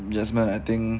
desmond I think